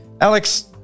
Alex